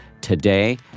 today